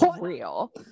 real